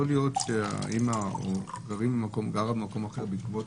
יכול להיות שאם האימא או גרים במקום או גרה במקום אחר בעקבות